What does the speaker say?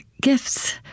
gifts